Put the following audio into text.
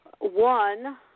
One